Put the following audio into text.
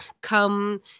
come